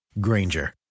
Granger